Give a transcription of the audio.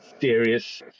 serious